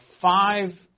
five